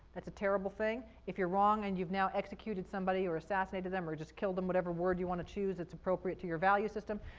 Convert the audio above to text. that's a terrible thing. if you're wrong and you've not executed somebody or assassinated them or just killed them, whatever word you want to choose that's appropriate to your value system,